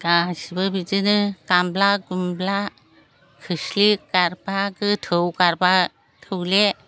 गासिबो बिदिनो गामला गुमला खोस्लि गारबा गोथौ गारबा थौले